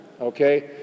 okay